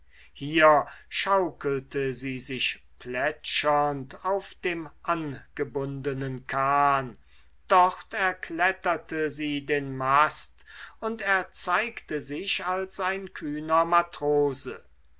hier schaukelte sie sich plätschernd auf dem angebundenen kahn dort erkletterte sie den mast und erzeigte sich als ein kühner matrose